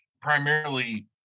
Primarily